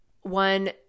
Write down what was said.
one